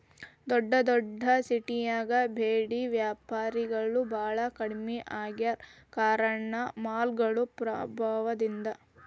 ದೊಡ್ಡದೊಡ್ಡ ಸಿಟ್ಯಾಗ ಬೇಡಿ ವ್ಯಾಪಾರಿಗಳು ಬಾಳ ಕಡ್ಮಿ ಆಗ್ಯಾರ ಕಾರಣ ಮಾಲ್ಗಳು ಪ್ರಭಾವದಿಂದ